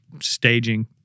staging